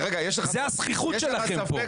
זה הזחיחות שלכם פה.